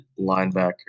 linebacker